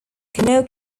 canoe